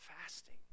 fasting